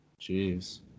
Jeez